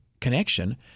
connection